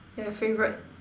yeah your favourite